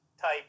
type